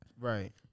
Right